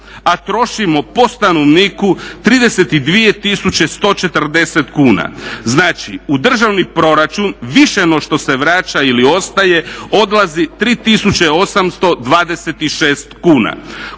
a trošimo po stanovniku 32 tisuće 140 kuna. Znači u državni proračun više nego što se vraća ili ostaje odlazi 3826 kuna.